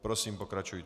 Prosím, pokračujte.